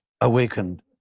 awakened